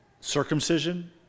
circumcision